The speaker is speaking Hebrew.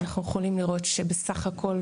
אנחנו יכולים לראות שבסך הכל,